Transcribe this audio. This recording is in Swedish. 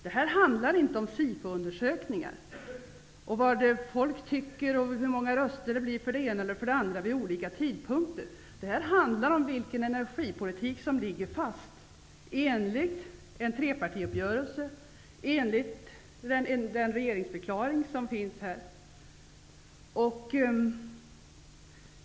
Detta handlar inte om SIFO-undersökningar, om vad folk tycker eller om hur många röster det ena eller det andra alternativet får vid olika tidpunkter. Vad det handlar om är vilken energipolitik som ligger fast enligt en trepartiuppgörelse och den regeringsförklaring som har lämnats.